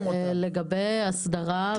עלויות של קנאביס מיובא,